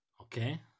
Okay